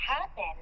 happen